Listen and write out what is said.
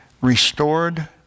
restored